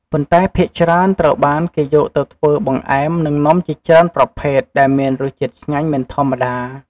ប៉ុន្តែភាគច្រើនត្រូវបាន គេយកទៅធ្វើបង្អែម និងនំជាច្រើនប្រភេទដែលមានរសជាតិឆ្ងាញ់មិនធម្មតា។